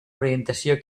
orientació